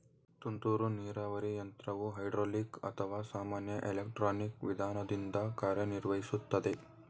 ತುಂತುರು ನೀರಾವರಿ ಯಂತ್ರವು ಹೈಡ್ರೋಲಿಕ್ ಅಥವಾ ಸಾಮಾನ್ಯ ಎಲೆಕ್ಟ್ರಾನಿಕ್ ವಿಧಾನದಿಂದ ಕಾರ್ಯನಿರ್ವಹಿಸುತ್ತದೆ